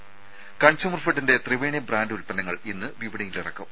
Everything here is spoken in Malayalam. ത കൺസ്യൂമർ ഫെഡ്ഡിന്റെ ത്രിവേണി ബ്രാൻഡ് ഉല്പന്നങ്ങൾ ഇന്ന് വിപണിയിൽ ഇറക്കും